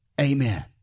Amen